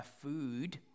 food